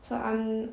so I'm